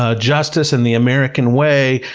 ah justice, and the american way.